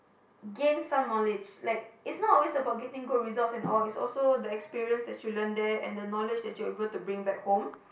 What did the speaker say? gain some knowledge like it's not always about getting good result and all it's also the experience that you learn there and the knowledge that you able to bring back home